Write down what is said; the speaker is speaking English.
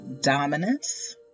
dominance